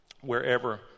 wherever